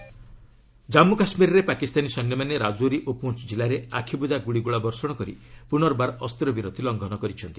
ceasefire violation Jammu କାଶ୍କୀରରେ ପାକିସ୍ତାନୀ ସୈନ୍ୟମାନେ ରାଜୌରୀ ଓ ପୁଞ୍ ଜିଲ୍ଲାରେ ଆଖିବୁଜା ଗୁଳିଗୋଳା ବର୍ଷଣ କରି ପୁନର୍ବାର ଅସ୍ତ୍ରବିରତି ଲଙ୍ଘନ କରିଛନ୍ତି